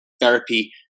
therapy